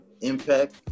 Impact